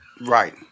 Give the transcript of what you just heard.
Right